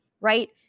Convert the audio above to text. right